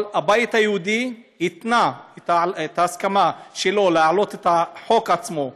הבית היהודי התנה את ההסכמה שלו להעלות את החוק עצמו פה,